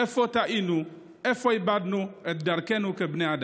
איפה טעינו, איפה איבדנו את דרכנו כבני אדם.